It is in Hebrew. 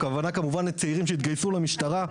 הכוונה היא כמובן לצעירים שהתגייסו לכוחות המשטרה,